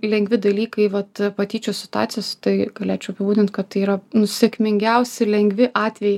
lengvi dalykai vat patyčių situacijose tai galėčiau apibūdint kad tai yra nu sėkmingiausi lengvi atvejai